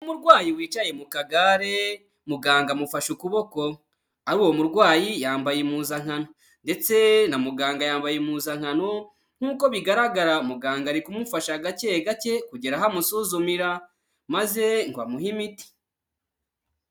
Umurwayi wicaye mu akagaremuganga amufashe ukuboko ari uwo murwayi yambaye impuzankanana ndetse na muganga yambaye impuzankano nkuko bigaragara muganga ari kumufasha gake gake kugera aho amusuzumira maze ngo amuhe imiti.